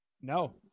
No